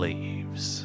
Leaves